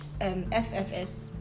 FFS